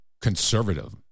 conservative